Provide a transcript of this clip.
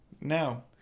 No